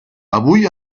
avui